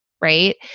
Right